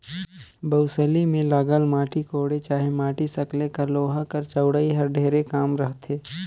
बउसली मे लगल माटी कोड़े चहे माटी सकेले कर लोहा कर चउड़ई हर ढेरे कम रहथे